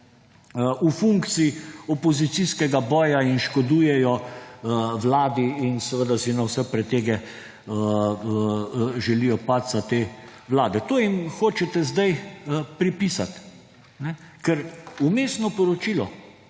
v funkciji opozicijskega boja in škodujejo vladi in seveda si na vse pretege želijo padca te vlade. To jim hočete zdaj pripisati. Ker Vmesno poročilo,